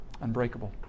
unbreakable